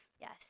Yes